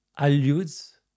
alludes